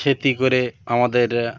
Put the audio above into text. খেতি করে আমাদের